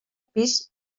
pis